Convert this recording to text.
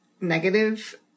negative